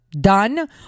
done